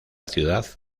ciudad